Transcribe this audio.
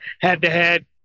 head-to-head